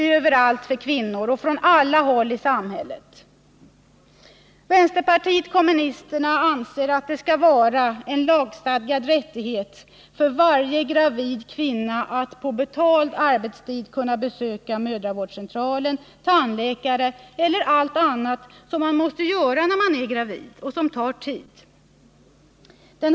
Överallt och från alla håll i samhället sätts käppar i hjulet för kvinnorna. Vpk tycker att varje gravid kvinna borde ha en lagstadgad rätt att på betald arbetstid besöka mödravårdscentral och tandläkare eller uträtta alla andra saker som har med graviditeten att göra och som tar tid.